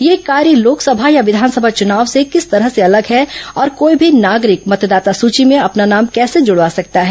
यह कार्य लोकसभा या विधानसभा चुनाव से किस तरह से अलग है और कोई भी नागरिक मतदाता सूची में अपना नाम कैसे जुड़वा सकता है